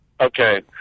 Okay